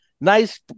nice